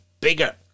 bigger